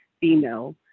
female